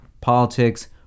politics